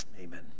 Amen